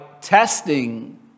testing